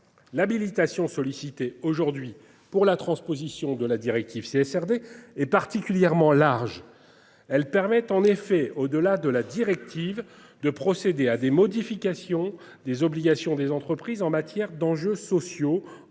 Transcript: l'habilitation solliciter aujourd'hui pour la transposition de la directive c'est SRD est particulièrement large. Elle permet en effet au delà de la directive de procéder à des modifications des obligations des entreprises en matière d'enjeux, sociaux,